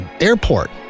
airport